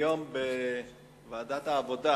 היום עלה בוועדת העבודה